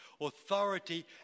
Authority